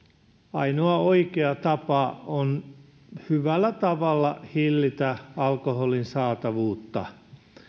ainoa oikea tapa on hyvällä tavalla hillitä alkoholin saatavuutta